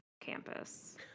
campus